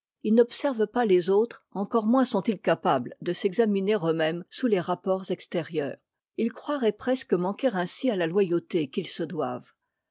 ils n'observent pas les autres encore moins sont-ils capables de s'examiner eux-mêmes sous les rapports extérieurs ils croiraient presque manquer ainsi à la loyauté qu'ils se doivent